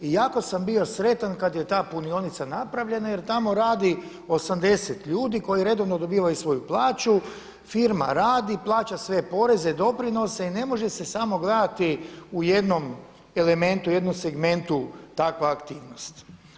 I ako sam bio sretan kada je ta punionica napravljena jer tamo radi 80 ljudi koji redovno dobivaju svoju plaću, firma radi, plaća sve poreze i doprinose i ne može se samo gledati u jednom elementom, u jednom segmentu takva aktivnost.